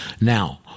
now